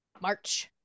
march